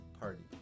party